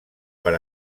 per